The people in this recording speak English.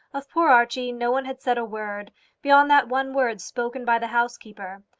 of poor archie no one had said a word beyond that one word spoken by the housekeeper.